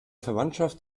verwandtschaft